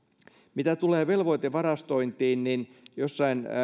mitä tulee velvoitevarastointiin niin jossain